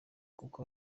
kuko